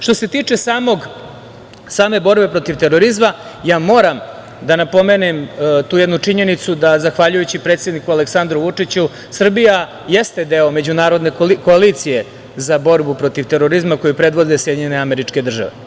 Što se tiče same borbe protiv terorizma, moram da napomenem tu jednu činjenicu da zahvaljujući predsedniku Aleksandru Vučiću Srbija jeste deo međunarodne koalicije za borbu protiv terorizma koji predvode SAD.